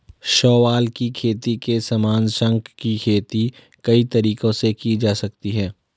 शैवाल की खेती के समान, शंख की खेती कई तरीकों से की जा सकती है